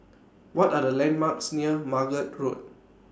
What Are The landmarks near Margate Road